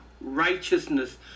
righteousness